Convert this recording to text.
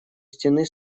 стены